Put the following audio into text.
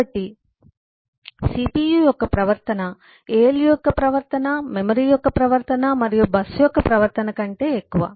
కాబట్టి CPU యొక్క ప్రవర్తన ALU యొక్క ప్రవర్తన మెమరీ యొక్క ప్రవర్తన మరియు బస్సు యొక్క ప్రవర్తన కంటే ఎక్కువ